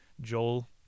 Joel